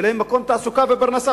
ויהיה להם מקום תעסוקה ופרנסה,